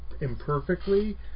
Imperfectly